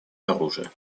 оружия